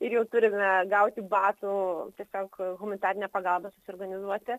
ir jau turime gauti batų tiesiog humanitarinę pagalbą susiorganizuoti